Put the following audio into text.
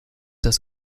das